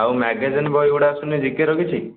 ଆଉ ମାଗାଜିନ୍ ବହିଗୁଡ଼ା ଆସୁନି ଜିକେର କିଛି